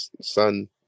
son